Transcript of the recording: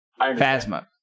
Phasma